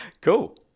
cool